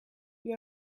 you